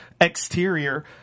exterior